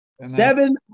Seven